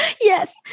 Yes